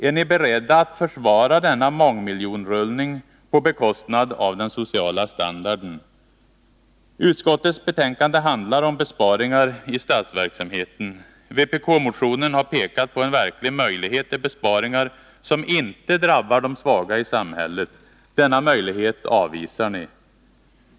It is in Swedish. Är ni beredda att försvara denna mångmiljonrullning på bekostnad av den sociala standarden? Utskottets betänkande handlar om besparingar i statsverksamheten. Vpkmotionen har pekat på en verklig möjlighet till besparing som inte drabbar de svaga i samhället. Denna möjlighet avvisar ni.